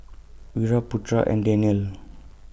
Wira Putra and Danial